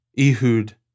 Ehud